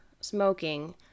smoking